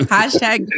Hashtag